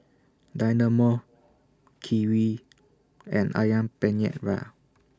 Dynamo Kiwi and Ayam Penyet